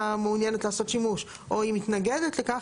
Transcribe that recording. מעוניינת לעשות שימוש או היא מתנגדת לכך,